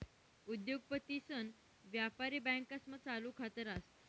उद्योगपतीसन व्यापारी बँकास्मा चालू खात रास